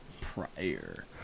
Prior